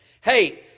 Hey